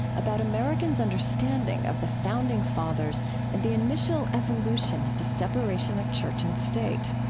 about americans understanding of the founding fathers and the initial evolution of the separation of church and state.